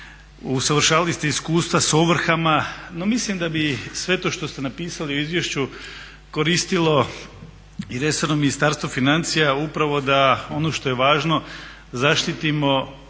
usavršavali ste iskustva s ovrhama. No mislim da bi sve to što ste napisali u izvješću koristilo i resornom ministarstvu financija upravo da ono što je važno, zaštitimo